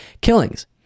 killings